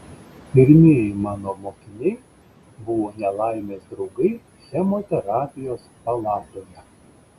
pirmieji mano mokiniai buvo nelaimės draugai chemoterapijos palatoje